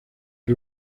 era